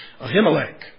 Ahimelech